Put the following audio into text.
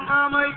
Mama